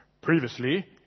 previously